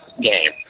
game